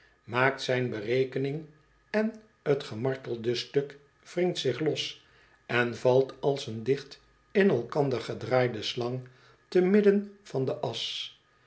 maakt zijn berekening en t gemartelde stuk wringt zich los en valt als een dicht in elkander gedraaide slang te midden van de asch